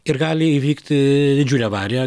ir gali įvykti didžiulė avarija